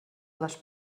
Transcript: les